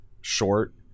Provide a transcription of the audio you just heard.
short